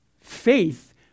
faith